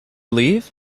leave